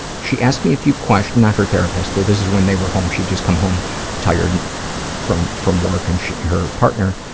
she asked me a few questions not her therapist. this is when they were home. she'd just come home tired from from work and she her partner